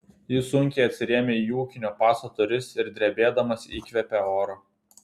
jis sunkiai atsirėmė į ūkinio pastato duris ir drebėdamas įkvėpė oro